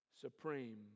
supreme